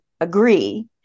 agree